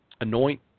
anoint